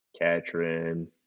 Katrin